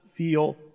Feel